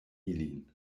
ilin